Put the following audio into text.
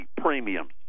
premiums